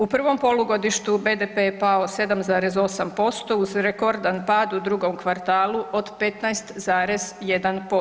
U prvom polugodištu BDP je pao 7,8% uz rekordan pad u drugom kvartalu od 15,1%